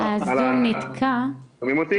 לדברים שנאמרו,